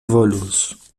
volus